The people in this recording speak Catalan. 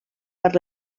per